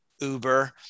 Uber